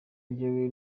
njyewe